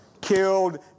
killed